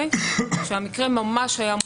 שהמקרה ממש היה מובהק.